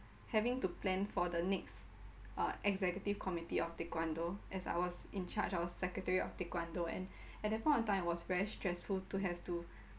having to plan for the next uh executive committee of taekwondo as I was in charge I was secretary of taekwondo and at that point of time it was very stressful to have to